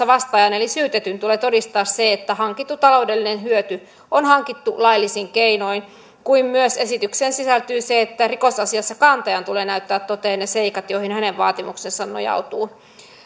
vastaajan eli syytetyn tulee todistaa se että hankittu taloudellinen hyöty on hankittu laillisin keinoin kuten myös esitykseen sisältyy se että rikosasiassa kantajan tulee näyttää toteen ne seikat joihin hänen vaatimuksensa nojautuu